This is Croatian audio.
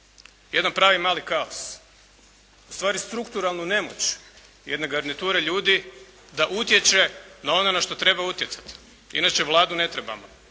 Jedan pravi mali kaos. Ustvari, strukturalnu nemoć jedne garniture ljudi da utječe na ono na što treba utjecati, inače Vladu ne trebamo.